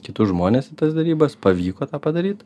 kitus žmones į tas derybas pavyko tą padaryt